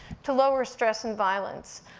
to lower stress and violence.